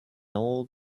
old